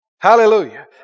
Hallelujah